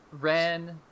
Ren